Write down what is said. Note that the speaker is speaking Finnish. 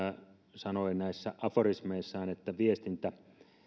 sanoi näissä aforismeissaan että viestintä